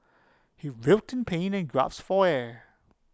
he real ten in pain and gasped for air